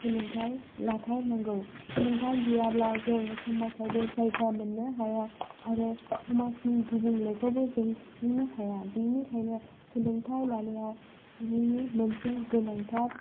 सोलोंथाय लाथारनांगौ सोलोंथाय गैयाब्ला जों समाजावबो जायगा मोननो हाया आरो समाजनि गुबुंलेखौबो जों सुफुंनो हाया बिनिखायनो सोलोंथाय लानाया सुबुंनि मोनसे गोनांथार